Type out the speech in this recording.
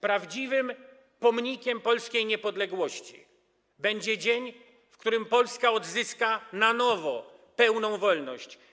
Prawdziwym pomnikiem polskiej niepodległości będzie dzień, w którym Polska odzyska na nowo pełną wolność.